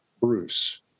Bruce